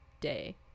day